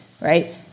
right